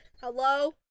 Hello